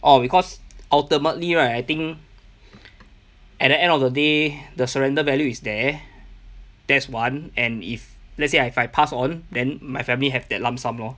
orh because ultimately right I think at the end of the day the surrender value is there that's one and if let's say I if I pass on then my family have that lump sum lor